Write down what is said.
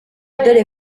dore